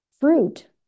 Fruit